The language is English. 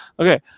Okay